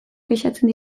kexatzen